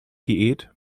diät